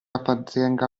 appartenga